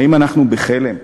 האם אנחנו בחלם?